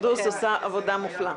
סונדוס עושה עבודה מופלאה.